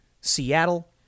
Seattle